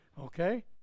okay